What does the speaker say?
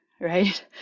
right